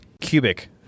Cubic